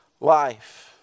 life